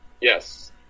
Yes